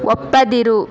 ಒಪ್ಪದಿರು